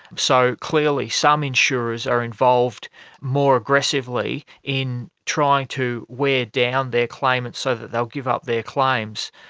so, clearly some insurers are involved more aggressively in trying to wear down their claimants so that they'll give up their claims.